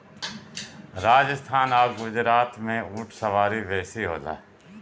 राजस्थान आ गुजरात में ऊँट के सवारी बेसी होला